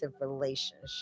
relationship